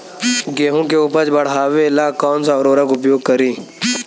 गेहूँ के उपज बढ़ावेला कौन सा उर्वरक उपयोग करीं?